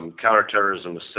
Counterterrorism